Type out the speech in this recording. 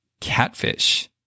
Catfish